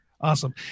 Awesome